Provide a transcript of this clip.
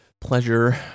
Pleasure